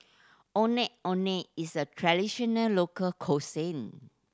Ondeh Ondeh is a traditional local cuisine